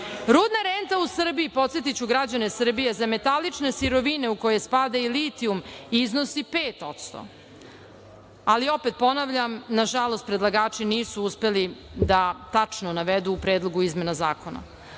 renta u Srbiji, podsetiću građane Srbije, za metalične sirovine u koje spada i litijum, iznosi 5%. Opet ponavljam, nažalost predlagači nisu uspeli da tačno navedu u Predlogu izmena zakona. Ako